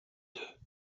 deux